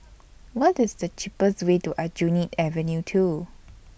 What IS The cheapest Way to Aljunied Avenue two